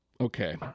okay